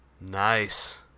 Nice